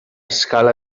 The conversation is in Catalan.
scala